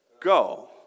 go